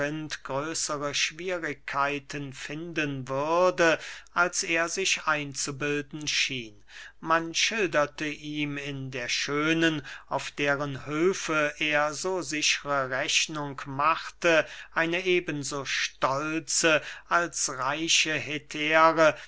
größere schwierigkeiten finden würde als er sich einzubilden schien man schilderte ihm in der schönen auf deren hülfe er so sichre rechnung machte eine eben so stolze als reiche hetäre